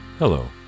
Hello